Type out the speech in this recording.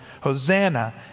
Hosanna